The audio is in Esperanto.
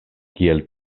kiel